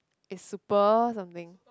is super something